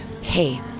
hey